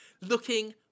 Looking